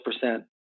percent